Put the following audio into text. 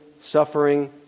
suffering